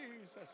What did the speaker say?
Jesus